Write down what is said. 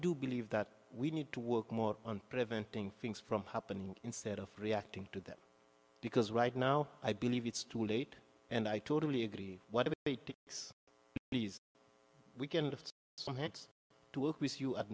do believe that we need to work more on preventing things from happening instead of reacting to that because right now i believe it's too late and i totally agree what